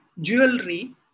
jewelry